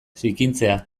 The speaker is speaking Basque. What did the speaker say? zikintzea